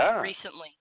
recently